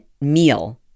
meal